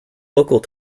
local